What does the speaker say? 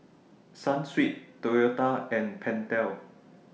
Sunsweet Toyota and Pentel